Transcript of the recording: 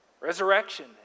Resurrection